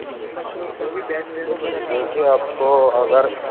اچھا دیکھیے آپ کو اگر